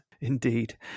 Indeed